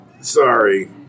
sorry